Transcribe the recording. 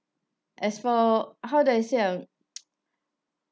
as for how do I say ah